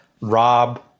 Rob